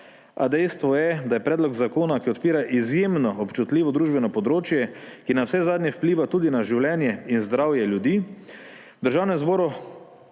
a dejstvo je, da je predlog zakona, ki odpira izjemno občutljivo družbeno področje, ki navsezadnje vpliva tudi na življenje in zdravje ljudi,